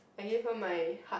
I give her my heart